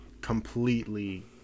completely